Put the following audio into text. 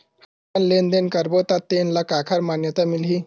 हमन लेन देन करबो त तेन ल काखर मान्यता मिलही?